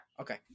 okay